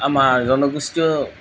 আমাৰ জনগোষ্ঠীয়